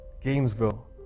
Gainesville